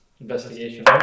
Investigation